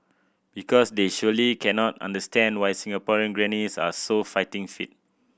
because they surely cannot understand why Singaporean grannies are so fighting fit